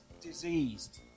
diseased